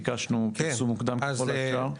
ביקשנו פרסום מוקדם ככל האפשר.